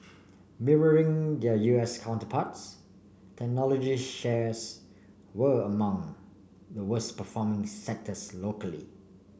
mirroring their U S counterparts technology shares were among the worst performing sectors locally